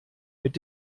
mit